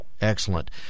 Excellent